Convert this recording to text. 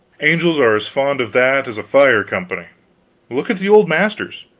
angels are as fond of that as a fire company look at the old masters.